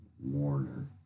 Warner